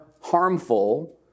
harmful